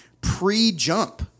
pre-Jump